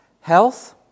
health